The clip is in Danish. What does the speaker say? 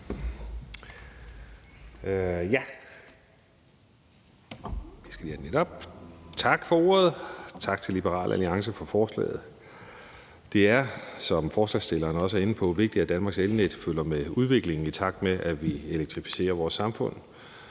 (Lars Aagaard): Tak for ordet, og tak til Liberal Alliance for forslaget. Det er, som ordføreren for forslagsstillerne også er inde på, vigtigt, at Danmarks elnet følger med udviklingen, i takt med at vi elektrificerer vores samfund